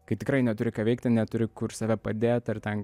kai tikrai neturi ką veikti neturi kur save padėt ar ten